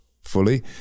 fully